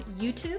YouTube